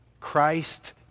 Christ